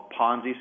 Ponzi